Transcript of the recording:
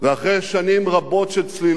אחרי שנים רבות של צלילה,